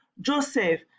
Joseph